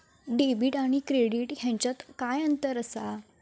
Debit आणि credit ह्याच्यात काय अंतर असा?